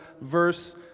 verse